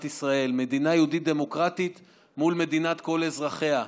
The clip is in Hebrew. ישראל: מדינה יהודית דמוקרטית מול מדינת כל אזרחיה.